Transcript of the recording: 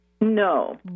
No